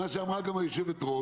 כפי שאמרה גם היושבת-ראש,